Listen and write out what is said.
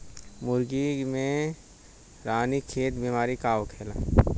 मुर्गी में रानीखेत बिमारी का होखेला?